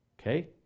Okay